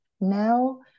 Now